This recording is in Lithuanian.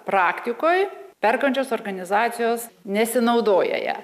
praktikoj perkančios organizacijos nesinaudoja ja